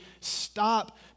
stop